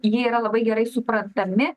jie yra labai gerai suprantami